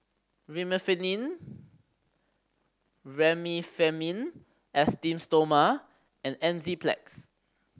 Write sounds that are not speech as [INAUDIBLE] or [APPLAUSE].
[UNINTELLIGIBLE] Remifemin Esteem Stoma and Enzyplex